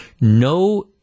No